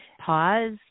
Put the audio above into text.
pause